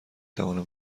توانم